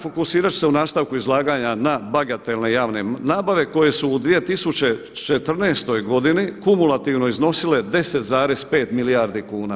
Fokusirat ću se u nastavku izlaganja na bagatelne javne nabave koje su u 2014. godini kumulativno iznosile 10,5 milijardi kuna.